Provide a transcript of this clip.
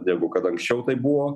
negu kad anksčiau tai buvo